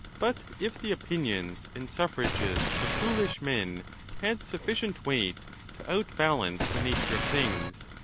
but if the opinions and suffrages of foolish men had sufficient weight to outbalance the nature of things,